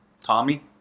Tommy